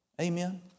Amen